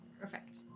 Perfect